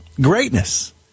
greatness